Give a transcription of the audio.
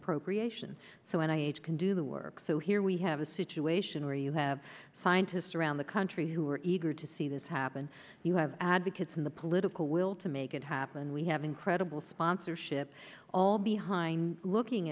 appropriation so i age can do the work so here we have a situation where you have scientists around the country who are eager to see this happen you have advocates in the political will to make it happen we have incredible sponsorship all behind looking